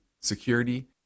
security